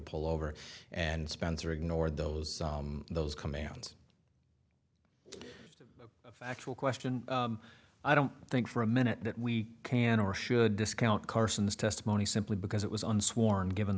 pull over and spencer ignored those those commands of actual question i don't think for a minute that we can or should discount carson's testimony simply because it was on sworn given the